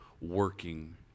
working